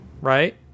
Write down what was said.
right